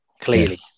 Clearly